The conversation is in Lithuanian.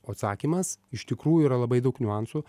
o atsakymas iš tikrųjų yra labai daug niuansų